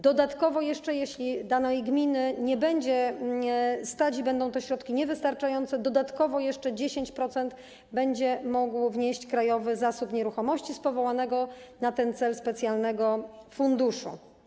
Dodatkowo jeszcze, jeśli danej gminy nie będzie stać i będą to środki niewystarczające, dodatkowo jeszcze 10% będzie mógł wnieść Krajowy Zasób Nieruchomości z powołanego na ten cel specjalnego funduszu.